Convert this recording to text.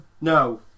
no